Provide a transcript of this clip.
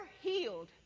healed